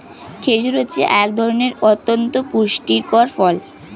খেজুর হচ্ছে এক ধরনের অতন্ত পুষ্টিকর ফল